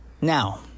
now